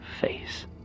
face